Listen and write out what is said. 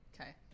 Okay